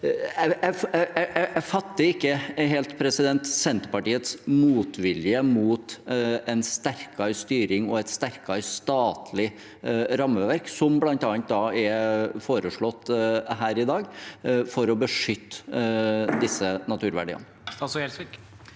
Jeg fatter ikke helt Senterpartiets motvilje mot en sterkere styring og et sterkere statlig rammeverk, som bl.a. er foreslått her i dag, for å beskytte disse naturverdiene.